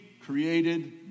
created